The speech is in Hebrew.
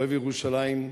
אוהב ירושלים,